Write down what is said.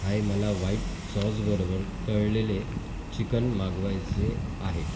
हाय मला वाईट सॉसबरोबर तळलेले चिकन मागवायचे आहेत